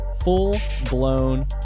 full-blown